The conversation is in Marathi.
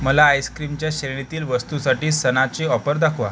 मला आईसक्रीमच्या श्रेणीतील वस्तूंसाठी सणाची ऑफर दाखवा